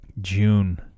June